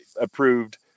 approved